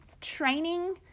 training